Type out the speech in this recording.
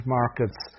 markets